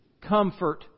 comfort